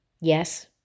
Yes